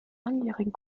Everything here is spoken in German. langjährigen